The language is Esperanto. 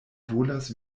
volas